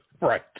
Right